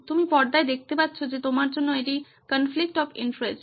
তুমি পর্দায় দেখতে পাচ্ছো যে তোমার জন্য এটি কনফ্লিকট অফ ইন্টারেস্ট